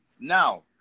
Now